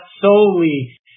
solely